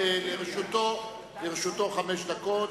לרשותו חמש דקות.